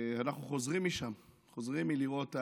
אנחנו חוזרים משם, חוזרים מלראות את